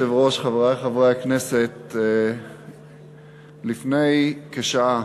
אדוני היושב-ראש, חברי חברי הכנסת, לפני כשעה